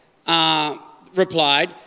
replied